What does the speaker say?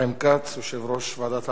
הרווחה והבריאות.